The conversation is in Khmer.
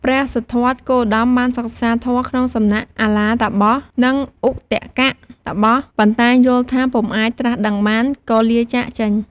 ព្រះសិទ្ធត្ថគោតមបានសិក្សាធម៌ក្នុងសំណាក់អាឡារតាបស និងឧទកតាបស ប៉ុន្តែយល់ថាពុំអាចត្រាស់ដឹងបាន ក៏លាចាកចេញ។